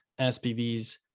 SPVs